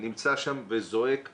נמצא שם וזועק וכואב.